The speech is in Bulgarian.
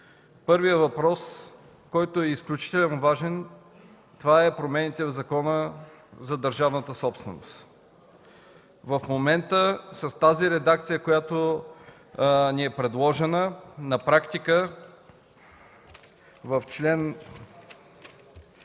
Първият въпрос, който е изключително важен, са промените в Закона за държавната собственост. В момента с тази редакция, която ни е предложена на практика в §